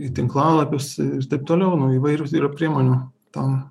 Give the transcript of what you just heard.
į tinklalapius ir taip toliau nu įvairius priemonių tam